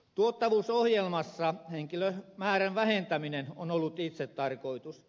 tuottavuusohjelmassa henkilömäärän vähentäminen on ollut itsetarkoitus